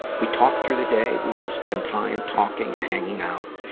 we talk through the day. we will spend time talking and hanging out.